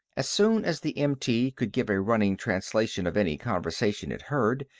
as soon as the mt could give a running translation of any conversation it heard,